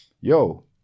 yo